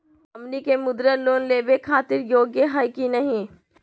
हमनी के मुद्रा लोन लेवे खातीर योग्य हई की नही?